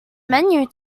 menu